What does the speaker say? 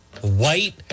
white